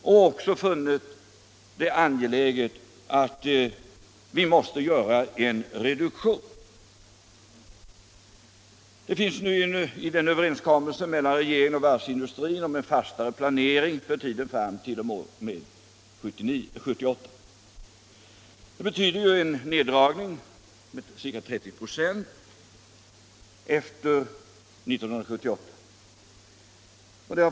De har också funnit det angeläget att det vidtas en reduktion. Det finns nu en överenskommelse mellan regeringen och varvsindustrin om en fastare planering för tiden t.o.m. 1978. Den innebär en neddragning med ca 30 96 efter 1978.